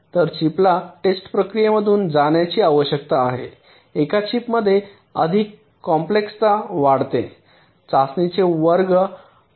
तर चिपला टेस्ट प्रक्रियेमधून जाण्याची आवश्यकता आहे एका चिपमध्ये अधिक कॉम्प्लेक्सता वाढते चाचणीचे वर्क अधिकाधिक कठीण होते